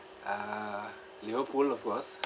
uh liverpool of course